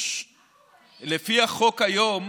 לפי החוק היום